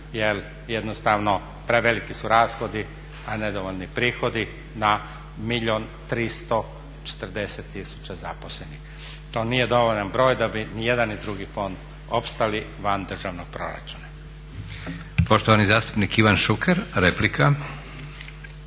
jer jednostavno preveliki su rashodi, a nedovoljni prihodi na milijun i 340 tisuća zaposlenih. To nije dovoljan broj da bi i jedan i drugi fond opstali van državnog proračuna.